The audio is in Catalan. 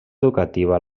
educativa